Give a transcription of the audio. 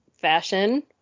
fashion